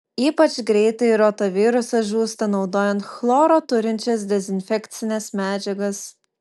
ypač greitai rotavirusas žūsta naudojant chloro turinčias dezinfekcines medžiagas